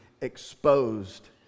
Exposed